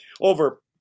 over